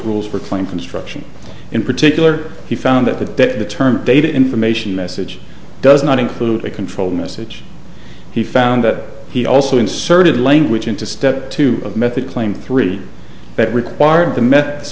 rules were plain construction in particular he found that the term data information message does not include a control message he found that he also inserted language into step two of method claim three that required the mets